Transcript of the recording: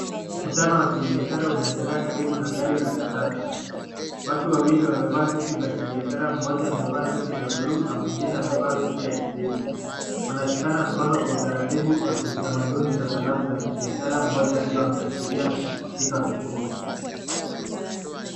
Mkutano wa kibiashara unaendelea karibu na gari la kisasa. Watu wawili wamevaa suti za kibiashara mmoja amevaa sti la blue na mwingine amevaa suti ya kijivu. Wanashikana mkono kwa utaratibu wa kitamaduni za salamu za kibiashara moja akiwa ameashiria na kushika funguo.